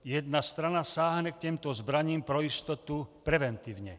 Jedna strana sáhne k těmto zbraním pro jistotu preventivně.